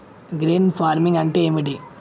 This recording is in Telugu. గ్రీన్ ఫార్మింగ్ అంటే ఏమిటి?